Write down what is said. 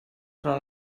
però